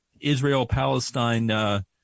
Israel-Palestine